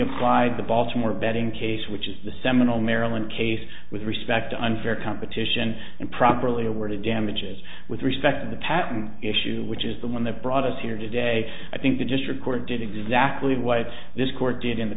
applied the baltimore betting case which is the seminole maryland case with respect to unfair competition and properly awarded damages with respect to the patent issue which is the one that brought us here today i think the district court did exactly what this court did in the